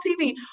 TV